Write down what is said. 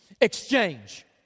exchange